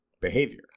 behavior